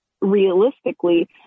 realistically